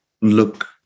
look